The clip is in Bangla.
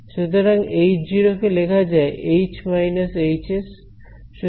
সুতরাং H0 কে লেখা যায় H − Hs